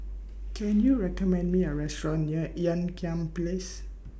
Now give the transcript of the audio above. Can YOU recommend Me A Restaurant near Ean Kiam Place